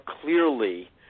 clearly